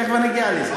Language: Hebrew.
תכף אני אגיע לזה.